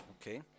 Okay